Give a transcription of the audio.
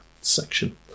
section